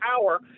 power